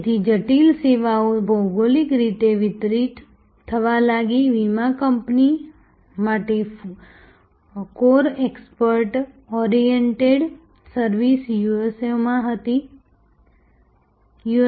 તેથી જટિલ સેવાઓ ભૌગોલિક રીતે વિતરિત થવા લાગી વીમા કંપની માટે core expert oriented service you